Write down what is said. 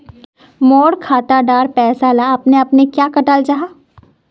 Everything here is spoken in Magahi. मोर खाता डार पैसा ला अपने अपने क्याँ कते जहा?